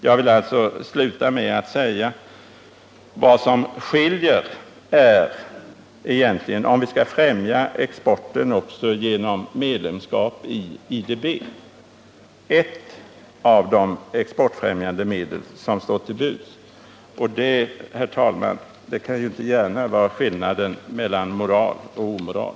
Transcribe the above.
Det som tycks skilja oss åt reduceras därför till frågan om vi skall främja exporten också genom medlemskap i IDB, ett av de exportfrämjande medel som står till buds. Detta, herr talman, kan inte gärna vara skillnaden mellan moral och omoral.